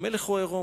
המלך הוא עירום.